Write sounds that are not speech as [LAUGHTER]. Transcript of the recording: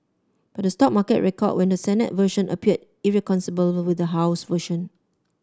but the stock market record when the Senate version appeared irreconcilable [UNINTELLIGIBLE] with the House version